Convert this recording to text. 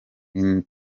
iratuma